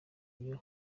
yooo